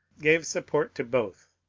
gave support to both.